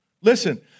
Listen